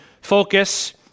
focus